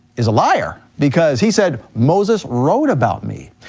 is a liar. because he said moses wrote about me.